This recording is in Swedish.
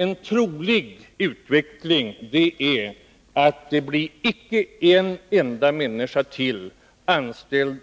En trolig utveckling är att det icke kommer att anställas en enda människa till